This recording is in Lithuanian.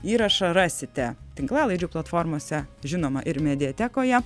įrašą rasite tinklalaidžių platformose žinoma ir mediatekoje